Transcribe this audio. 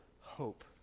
hope